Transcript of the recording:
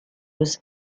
was